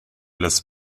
las